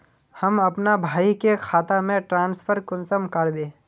हम अपना भाई के खाता में ट्रांसफर कुंसम कारबे?